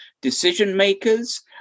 decision-makers